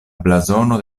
blazono